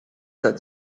that